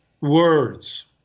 words